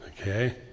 Okay